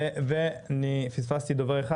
תודה.